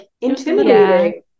intimidating